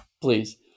Please